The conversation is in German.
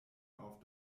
auf